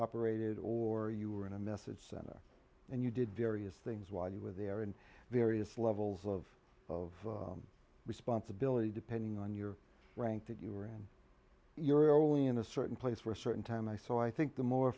operated or you were in a message center and you did various things while you were there and various levels of of responsibility depending on your rank that you were in you're all in a certain place for a certain time i so i think the more